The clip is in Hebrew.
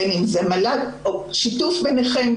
בין אם זה המל"ג או שיתוף ביניכם,